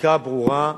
חקיקה ברורה,